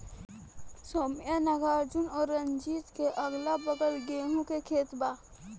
सौम्या नागार्जुन और रंजीत के अगलाबगल गेंहू के खेत बा